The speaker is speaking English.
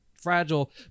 fragile